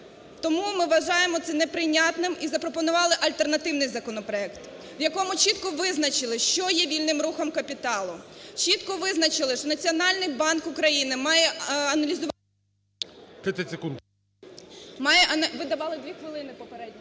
Тому ми вважаємо це не прийнятним і запропонували альтернативний законопроект, в якому чітко визначили, що є вільним рухом капіталу, чітко визначили, що Національний банк України має аналізувати… ГОЛОВУЮЧИЙ. 30 секунд.